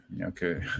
Okay